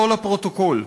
לא לפרוטוקול,